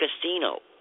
casino